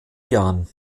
jahren